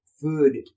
food